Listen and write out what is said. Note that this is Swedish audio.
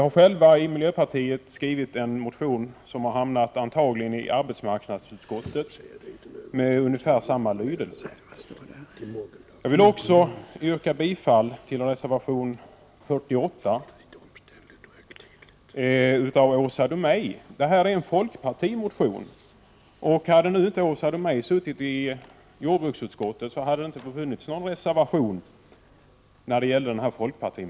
Vi själva i miljöpartiet har skrivit en motion med ungefär samma lydelse som antagligen hamnat i ett annat utskott. Jag vill också yrka bifall till reservation 48 av Åsa Domeij, som baserar sig på en folkpartimotion. Hade inte Åsa Domeij suttit i jordbruksutskottet, hade inte den här reservationen funnits.